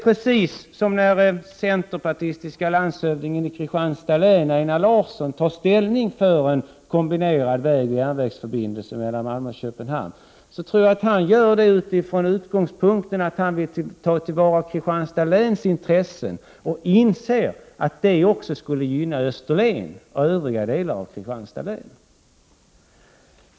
När den centerpartistiske landshövdingen i Kristianstads län, Einar Larsson, tar ställning för en kombinerad vägoch järnvägsförbindelse, tror jag att han gör det med utgångspunkt i sina strävanden att ta till vara Kristianstads läns intressen. Han inser säkert att det också gynnar Österlen och övriga delar av Kristianstads län.